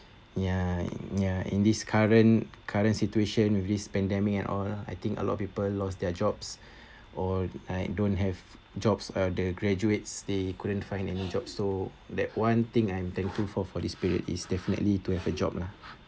ya ya in this current current situation with this pandemic and all lah I think a lot of people lost their jobs or I don't have jobs uh the graduates they couldn't find any job so that one thing I'm thankful for for this period is definitely to have a job lah